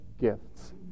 gifts